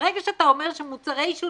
אני לא יכולה להצביע על סעיף קטן (2),